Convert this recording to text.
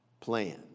plan